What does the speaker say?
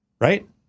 right